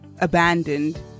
abandoned